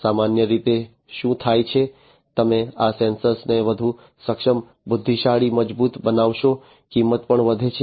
સામાન્ય રીતે શું થાય છે તમે આ સેન્સર ને વધુ સક્ષમ બુદ્ધિશાળી મજબૂત બનાવશો કિંમત પણ વધે છે